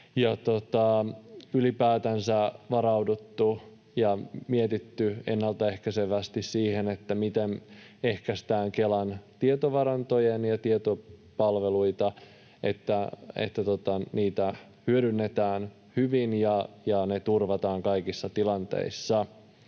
ylipäätänsä varauduttu ja mietitty ennalta ehkäisevästi, miten Kelan tietovarantoja ja tietopalveluita hyödynnetään hyvin ja ne turvataan kaikissa tilanteissa.